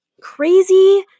crazy